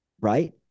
Right